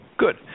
Good